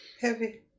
Heavy